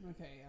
Okay